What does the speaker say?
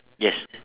yes